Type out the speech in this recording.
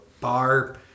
bar